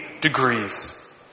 degrees